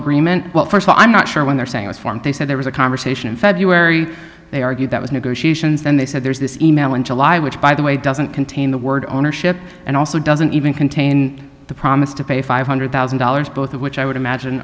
agreement well st i'm not sure when they're saying this form they said there was a conversation in february they argued that was negotiations then they said there's this e mail in july which by the way doesn't contain the word ownership and also doesn't even contain the promise to pay five hundred thousand dollars both of which i would imagine